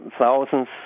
thousands